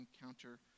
encounter